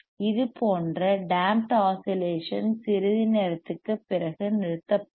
எனவே இதுபோன்ற damped oscillations சிறிது நேரத்திற்குப் பிறகு நிறுத்தப்படும்